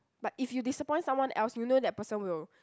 but if you disappoint someone else you know that person will